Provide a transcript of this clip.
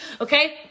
Okay